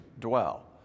dwell